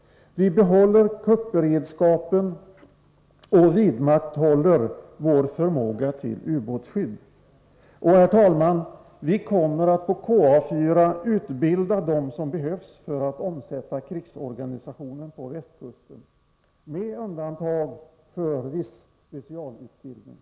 Vi behåller kuppberedskapen och vidmakthåller vår förmåga till ubåtsskydd. Och, herr talman, vi kommer på KA 4 att utbilda dem som behövs för att omsätta krigsorganisationen på västkusten med undantag för viss specialutbildning.